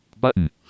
button